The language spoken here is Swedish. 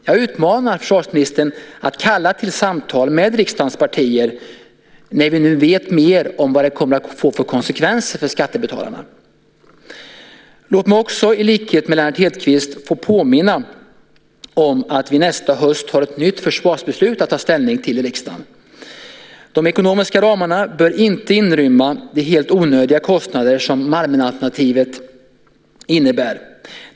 Jag utmanar försvarsministern att kalla till samtal med riksdagens partier när vi nu vet mer om vad det kommer att få för konsekvenser för skattebetalarna. Låt mig också i likhet med Lennart Hedquist få påminna om att vi nästa höst har ett nytt försvarsbeslut att ta ställning till i riksdagen. De ekonomiska ramarna bör inte inrymma de helt onödiga kostnader som Malmenalternativet innebär.